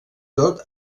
tot